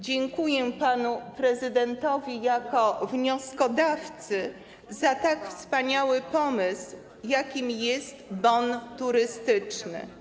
Dziękuję panu prezydentowi jako wnioskodawcy za tak wspaniały pomysł, jakim jest bon turystyczny.